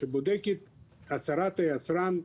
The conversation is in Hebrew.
שבודקת הצהרת היצרן,